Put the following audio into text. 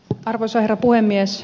arvoisa herra puhemies